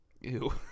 Ew